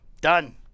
done